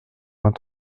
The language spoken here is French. vingt